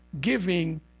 giving